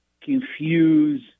confuse